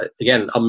again